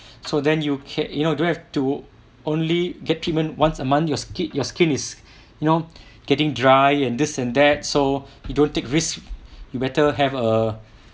so then you can you know don't have to only get treatment once a month your skin your skin is you know getting dry and this and that so you don't take risks you better have a